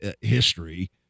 history